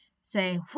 say